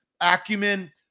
acumen